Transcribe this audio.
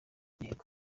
ntego